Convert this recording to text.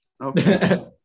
okay